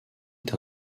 été